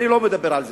אני לא מדבר על זה.